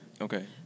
Okay